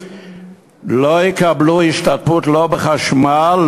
לא יקבלו השתתפות לא בחשמל,